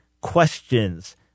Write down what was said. questions